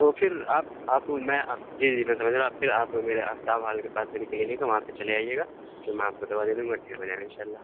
تو پھر آپ آپ میں آپ جی جی میں سمجھ رہا ہوں آپ پھر آپ میرے آفتاب ہال کے پاس میری کلینک ہے وہاں پہ چلے آئیے گا تو میں آپ کو دوا دے دوں گا ٹھیک ہو جائیں گے انشاء اللہ